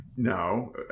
No